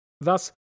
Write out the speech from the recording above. Thus